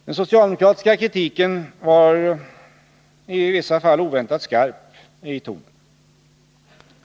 Den socialdemokratiska kritiken var i vissa fall oväntat skarp i tonen.